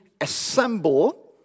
assemble